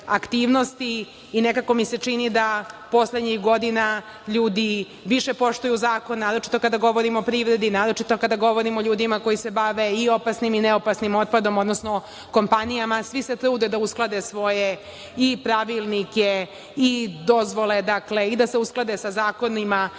aktivnosti. Nekako mi se čini da poslednjih godina ljudi više poštuju zakone, naročito kada govorimo o privredi, naročito kada govorimo o ljudima koji se bave i opasnim i neopasnim otpadom, odnosno kompanijama. Svi se trude da usklade svoje i pravilnike i dozvole, i da se usklade sa zakonima